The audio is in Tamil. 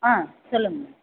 ஆ சொல்லுங்க